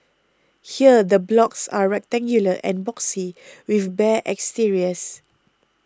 here the blocks are rectangular and boxy with bare exteriors